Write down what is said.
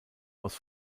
aus